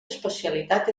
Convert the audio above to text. especialitat